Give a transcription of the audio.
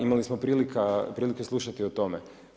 Imali smo prilika slušati o tome.